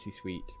sweet